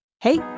Hey